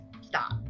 stop